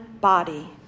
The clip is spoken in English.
body